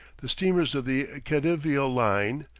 the steamers of the khedivial line,